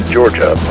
Georgia